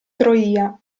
troia